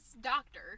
doctor